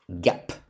gap